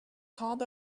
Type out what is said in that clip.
called